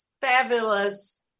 fabulous